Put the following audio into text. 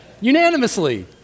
unanimously